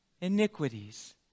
Iniquities